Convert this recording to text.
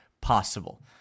possible